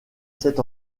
sept